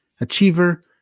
achiever